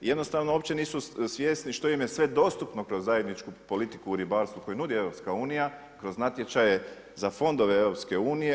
Jednostavno uopće nisu svjesni što im je sve dostupno kroz zajedničku politiku u ribarstvu koje nudi EU kroz natječaje za fondove EU.